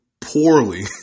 poorly